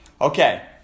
okay